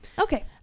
okay